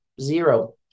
zero